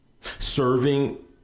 Serving